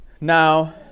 Now